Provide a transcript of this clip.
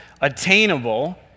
attainable